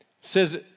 says